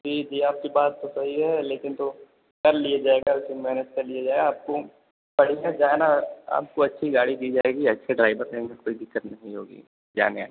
जी जी आपकी बात तो सही है लेकिन तो कर लिया जाएगा उसी में मैनेज कर लिया जाए आपको बढ़िया जाना आपको अच्छी गाड़ी दी जाएगी अच्छे ड्राइवर देंगे कोई दिक्कत नहीं होगी जाने आने में